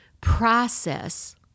process